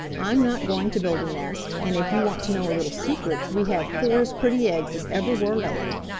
i'm not going to build a nest, and if you want to know a little secret, we have four as pretty eggs as ever were laid.